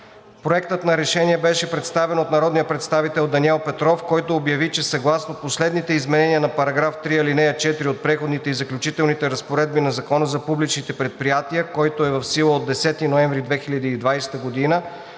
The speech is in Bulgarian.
Проектът на решение беше представен от народния представител Даниел Петров, който обясни, че съгласно последните изменения на § 3, ал. 4 от Преходните и заключителните разпоредби на Закона за публичните предприятия, който е в сила от 10 ноември 2020 г.,